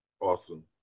Awesome